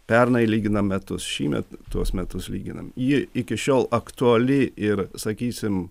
pernai lyginam metus šįmet tuos metus lyginam ji iki šiol aktuali ir sakysim